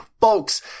folks